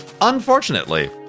Unfortunately